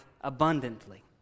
abundantly